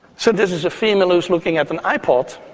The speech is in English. so this is a female who is looking at an ipod